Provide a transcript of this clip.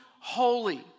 holy